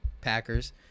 Packers